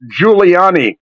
Giuliani